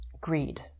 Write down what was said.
greed